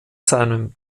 seinem